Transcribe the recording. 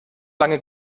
lange